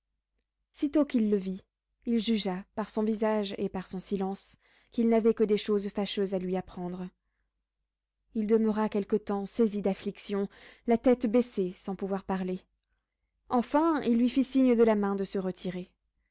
sitôt qu'il le vit il jugea par son visage et par son silence qu'il n'avait que des choses fâcheuses à lui apprendre il demeura quelque temps saisi d'affliction la tête baissée sans pouvoir parler enfin il lui fit signe de la main de se retirer